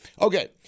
Okay